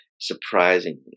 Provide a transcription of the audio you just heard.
Surprisingly